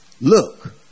look